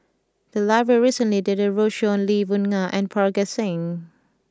the library recently did a roadshow on Lee Boon Ngan and Parga Singh